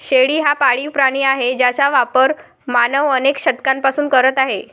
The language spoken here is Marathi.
शेळी हा पाळीव प्राणी आहे ज्याचा वापर मानव अनेक शतकांपासून करत आहे